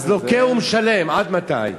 אז לוקה ומשלם עד מתי?